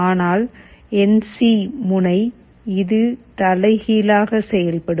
ஆனால் N C முனை இது தலைகீழாக செயல்படும்